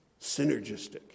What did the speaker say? synergistic